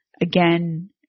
again